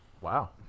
Wow